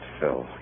Phil